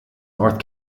north